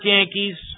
Yankees